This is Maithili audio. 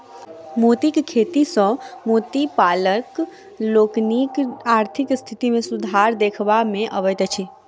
मोतीक खेती सॅ मोती पालक लोकनिक आर्थिक स्थिति मे सुधार देखबा मे अबैत अछि